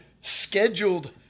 scheduled